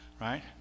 Right